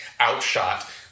outshot